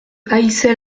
haïssais